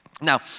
Now